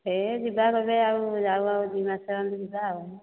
ଏ ଯିବା କେବେ ଆଉ ଯାଉ ଆଉ ଦୁଇ ମାସ ଗଲେ ଯିବା ଆଉ